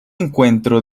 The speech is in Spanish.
encuentro